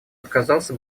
отказался